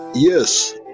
Yes